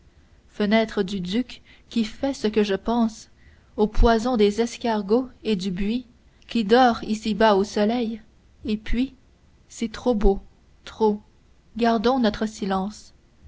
fenêtre du duc qui fais que je pense au poison des escargots et du buis qui dort ici-bas au soleil et puis c'est trop beau trop gardons notre silence